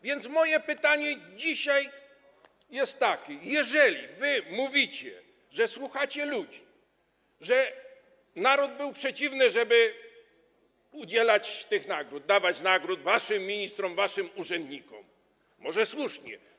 Więc moje pytanie dzisiaj jest takie: Jeżeli mówicie, że słuchacie ludzi, że naród był przeciwny, żeby udzielać nagród, dawać nagrody waszym ministrom, waszym urzędnikom, może słusznie.